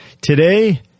Today